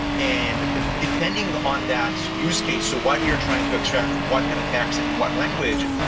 and depending on that use case, so what you're trying to extract, from what kind of taxon and what language,